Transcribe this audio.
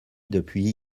depuis